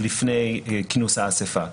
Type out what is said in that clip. לפני כינוס האספה.